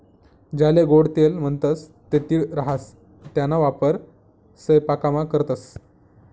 ज्याले गोडं तेल म्हणतंस ते तीळ राहास त्याना वापर सयपाकामा करतंस